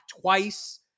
twice